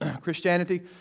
Christianity